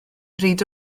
bryd